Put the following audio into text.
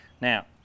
Now